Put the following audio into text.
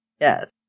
Yes